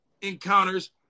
encounters